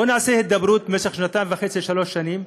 בוא נעשה הידברות במשך שנתיים וחצי שלוש שנים.